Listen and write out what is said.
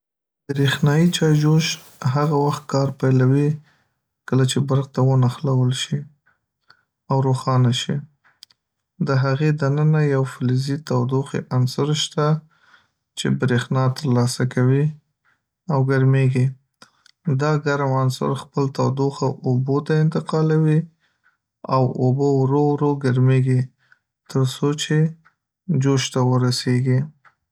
بریښنایی چای‌جوش هغه وخت کار پیلوي کله چې برق ته ونښلول شي او روښانه شي د هغې دننه یو فلزي تودوخې عنصر شته چې برېښنا ترلاسه کوي او ګرمېږي دا ګرم عنصر خپل تودوخه اوبو ته انتقالوي، او اوبه ورو ورو ګرمېږي تر څو چې جوش ته ورسېږي.